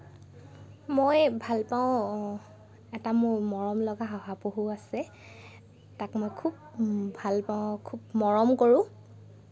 মই ভাল পাওঁ এটা মোৰ মৰমলগা শহাপহু আছে তাক মই খুব ভাল পাওঁ খুব মৰম কৰোঁ